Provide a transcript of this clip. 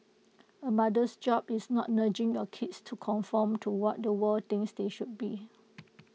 A mother's job is not nudging your kids to conform to what the world thinks they should be